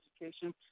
education